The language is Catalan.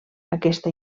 aquesta